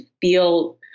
feel